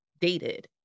dated